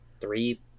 three